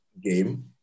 game